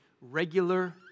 regular